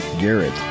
Garrett